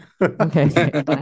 Okay